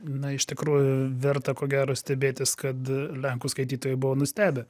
na iš tikrųjų verta ko gero stebėtis kad lenkų skaitytojai buvo nustebę